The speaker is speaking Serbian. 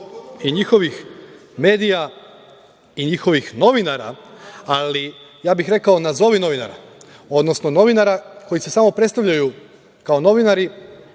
i njihovih medija, i njihovih novinara, ali ja bih rekao "nazovi novinara", odnosno novinara koji se samo predstavljaju kao novinari